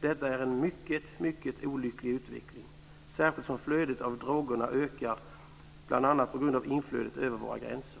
Detta är en mycket olycklig utveckling, särskilt som flödet av droger ökar, bl.a. på grund av inflödet över våra gränser.